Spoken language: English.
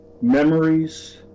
memories